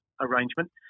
arrangement